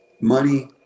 money